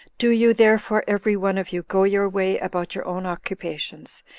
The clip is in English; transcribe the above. do you, therefore, every one of you, go your way about your own occupations,